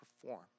perform